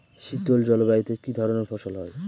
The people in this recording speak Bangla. শীতল জলবায়ুতে কি ধরনের ফসল হয়?